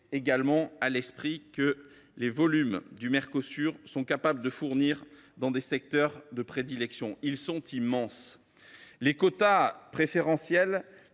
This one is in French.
garder à l’esprit les volumes que le Mercosur est capable de fournir dans ses secteurs de prédilection. Ils sont immenses ! Les quotas préférentiels